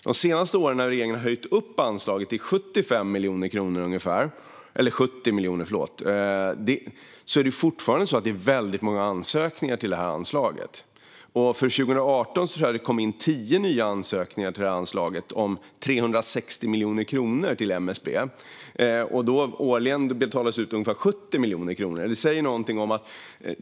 De senaste åren har regeringen höjt anslaget till ungefär 70 miljoner kronor. Det är fortfarande väldigt många ansökningar till anslaget. För 2018 tror jag att det kom in tio nya ansökningar till anslaget om 360 miljoner kronor till MSB. Årligen betalas det ut ungefär 70 miljoner kronor. Det säger någonting.